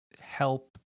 help